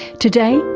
today,